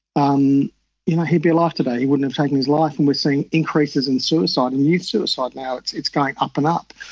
um you know he'd be alive today, he wouldn't have taken his life and seeing increases in suicide and youth suicide now, it's it's going up and up.